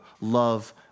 love